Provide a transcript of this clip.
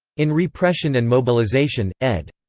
in repression and mobilization, ed.